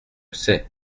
sais